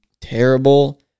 terrible